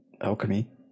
alchemy